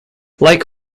like